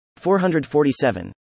447